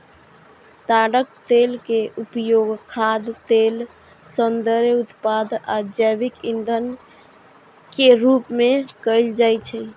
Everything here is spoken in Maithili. ताड़क तेल के उपयोग खाद्य तेल, सौंदर्य उत्पाद आ जैव ईंधन के रूप मे कैल जाइ छै